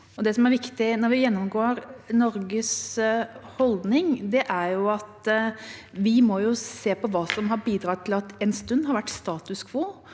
Det som er viktig når vi gjennomgår Norges holdning, er å se på hva som har bidratt til at det en stund har vært status quo,